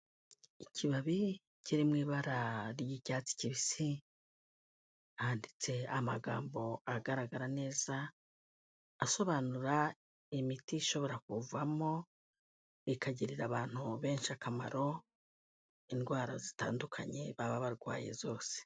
Ikibabi kiri mu ibara ry'icyatsi kibisi, handitse amagambo agaragara neza asobanura imiti ishobora kuvamo ikagirira abantu benshi akamaro, indwara zitandukanye baba barwaye zose.